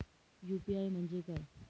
UPI म्हणजे काय?